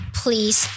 please